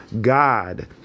God